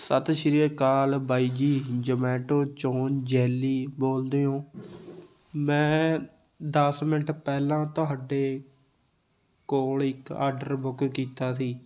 ਸਤਿ ਸ਼੍ਰੀ ਅਕਾਲ ਬਾਈ ਜੀ ਜਮੈਟੋ 'ਚੋਂ ਜੈਲੀ ਬੋਲਦੇ ਹੋਂ ਮੈਂ ਦਸ ਮਿੰਟ ਪਹਿਲਾਂ ਤੁਹਾਡੇ ਕੋਲ ਇੱਕ ਆਡਰ ਬੁੱਕ ਕੀਤਾ ਸੀ